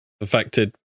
affected